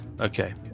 Okay